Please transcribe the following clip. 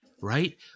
right